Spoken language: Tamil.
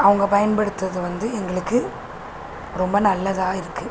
அவங்க பயன்படுத்துகிறது வந்து எங்களுக்கு ரொம்ப நல்லதாக இருக்குது